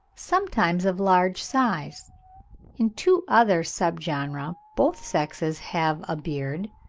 sometimes of large size in two other sub-genera both sexes have a beard,